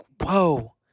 whoa